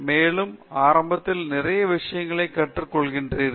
மேலும் ஆரம்பத்தில் நீங்கள் நிறைய விஷயங்களை கற்றுக்கொள்கிறீர்கள்